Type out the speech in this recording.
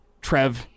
Trev